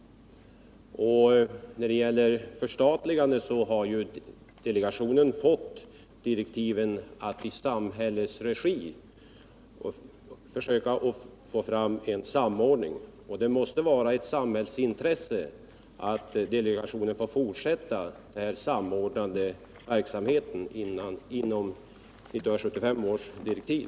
När det gäller det s.k. förstatligandet har delegationen fått direktiv att i samhällets regi försöka få fram en samordning. Det måste vara ett samhällsintresse att delegationen får fortsätta den här samordnande verksamheten inom ramen för 1975 års direktiv.